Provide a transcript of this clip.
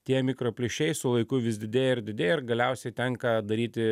tie mikro plyšiai su laiku vis didėja ir didėja ir galiausiai tenka daryti